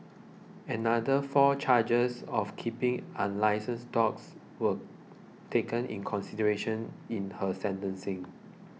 another four charges of keeping unlicensed dogs were taken in consideration in her sentencing